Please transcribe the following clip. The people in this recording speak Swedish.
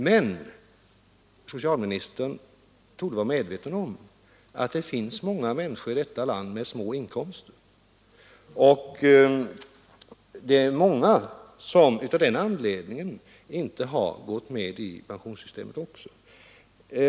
Men socialministern torde vara medveten om att det finns många människor i detta land med små inkomster, och det är många som av den anledningen inte har gått med i pensionssystemet.